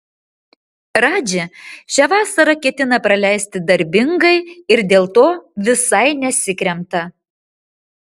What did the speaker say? radži šią vasarą ketina praleisti darbingai ir dėl to visai nesikremta